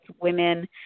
women